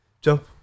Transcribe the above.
jump